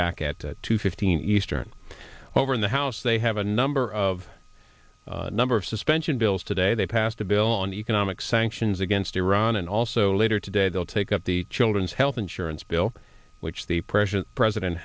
back at two fifteen eastern over in the house they have a number of number of suspension bills today they passed a bill on economic sanctions against iran and also later today they'll take up the children's health insurance bill which the president president